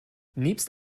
nebst